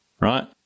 right